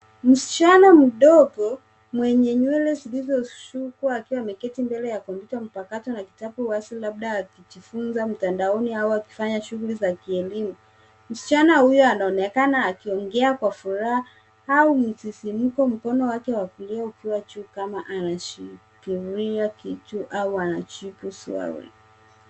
Msichana mdogo mwenye nywele zilizoshukwa akiwa ameketi mbele ya kompyuta mpakato na kitabu wazi labda akijifunza mtandaoni au akifanya shughuli za kielimu. Msichana huyo anaonekana akiongea kwa furaha au msisimko mkono wake wa kulia ukiwa juu kama anashikilia kitu au anajibu swali.